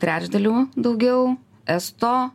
trečdaliu daugiau esto